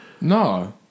No